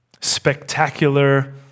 spectacular